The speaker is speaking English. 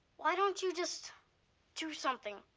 why don't you just do something?